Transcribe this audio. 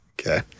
Okay